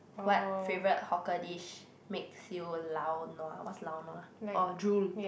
what favorite hawker dish makes you will lau-nua what's lau-nua oh drool